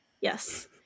yes